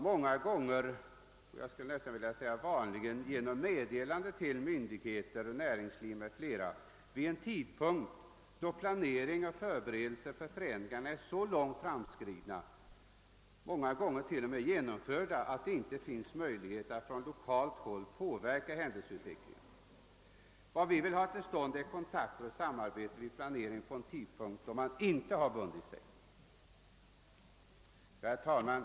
Många gånger — jag skulle nästan vilja säga vanligen — försiggår det i form av ett meddelande till myndigheter, näringsliv o.s.v. vid en tidpunkt då planering och förberedelser för förändringar är så långt framskridna, ofta t.o.m. redan genomförda, att det inte finns möjlighet att från lokalt håll påverka händelseutvecklingen. Vad vi vill ha till stånd är kontakter och samarbete vid planeringen innan man har bundit sig. Herr talman!